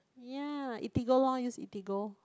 ya eatigo lor use eatigo